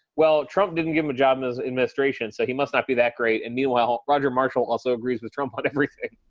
well, trump didn't give him a job in his administration, so he must not be that great. and meanwhile, roger marshall also agrees with trump on everything